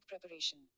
preparation